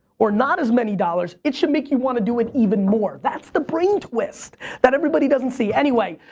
or not as many dollars, it should make you wanna do it even more. that's the brain twist that everybody doesn't see. anyway,